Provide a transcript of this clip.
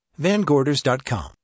VanGorders.com